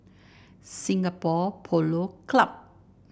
Singapore Polo Club